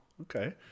okay